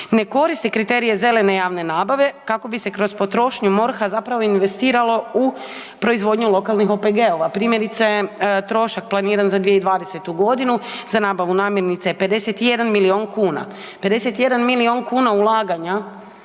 ne koristi kriterije zelene javne nabave kako bi se kroz potrošnju MORH-a zapravo investiralo u proizvodnju lokalnih OPG-ova. Primjerice trošak planiran za 2020.g. za nabavu namirnica je 51 milijun kuna,